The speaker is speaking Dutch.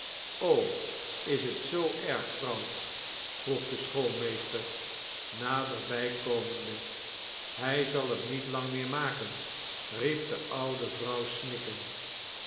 is het zoo erg vrouw vroeg de schoolmeester naderbij komende hij zal het niet lang meer maken riep de oude vrouw